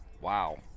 Wow